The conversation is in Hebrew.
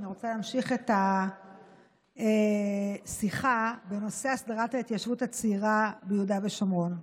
אני רוצה להמשיך את השיחה בנושא הסדרת ההתיישבות הצעירה ביהודה ושומרון.